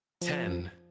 Ten